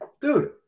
Dude